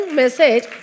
message